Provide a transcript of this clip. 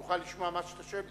יוכל לשמוע מה שאתה שואל,